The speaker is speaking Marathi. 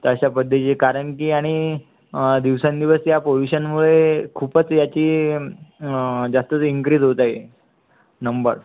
तर अशा पद्धतीचे कारण की आणि दिवसेंदिवस या पोल्युशनमुळे खूपच ह्याची जास्तच इन्क्रिज होत आहे नंबर